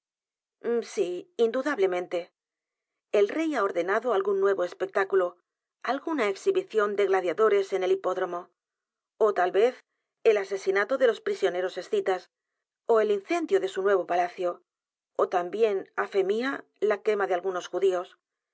sí indudablemente el rey ha ordenado algún edgar poe novelas y cuentos nuevo espectáculo alguna exhibición de gladiadores en el hipódromo ó tal vez el asesinato de los prisioneros escitas ó el incendio de su nuevo palacio ó también á fe mfa la quema de algunos judíos